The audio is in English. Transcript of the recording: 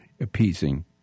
appeasing